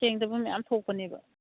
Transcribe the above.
ꯁꯦꯡꯗꯕ ꯃꯌꯥꯝ ꯊꯣꯛꯄꯅꯦꯕ